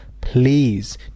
please